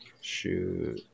Shoot